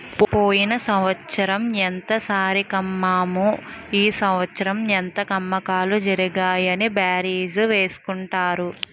పోయిన సంవత్సరం ఎంత సరికన్నాము ఈ సంవత్సరం ఎంత అమ్మకాలు జరిగాయి అని బేరీజు వేసుకుంటారు